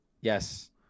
yes